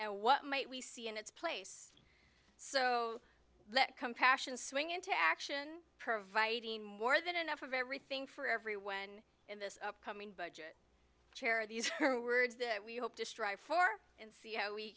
and what might we see in its place so that compassion swing into action providing more than enough of everything for everyone in this upcoming budget chair these words that we hope to strive for and see how we